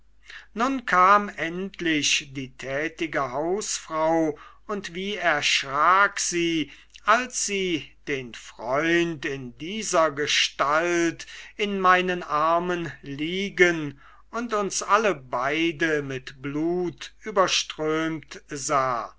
nun kam endlich die tätige hausfrau und wie erschrak sie als sie den freund in dieser gestalt in meinen armen liegen und uns alle beide mit blut überströmt sah